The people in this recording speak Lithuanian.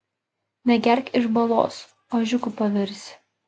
negerk iš balos ožiuku pavirsi